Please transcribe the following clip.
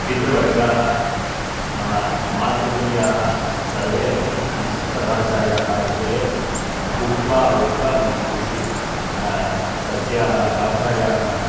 पितृवर्गाः मम मातृतुल्याः सर्वे अपि संस्कृतभाषायाः विषये उक्त्वा उक्त्वा मम मनसि तस्याः भाषायाः